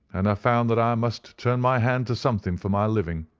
and i found that i must turn my hand to something for my living.